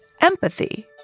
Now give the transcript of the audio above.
empathy